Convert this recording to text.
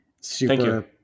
super